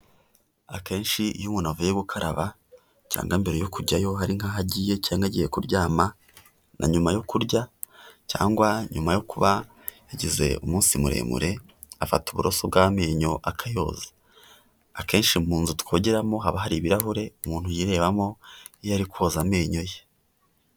Akenshi iyo umuntu avuye gukaraba, cyangwa mbere yo kujyayo hari nk'aho agiye cyangwa agiye kuryama, na nyuma yo kurya cyangwa nyuma yo kuba yagize umunsi muremure, afata uburoso bw'amenyo akayoza, akenshi mu nzu twogeramo haba hari ibirahure umuntu yirebamo iyo ari koza amenyo ye.